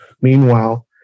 Meanwhile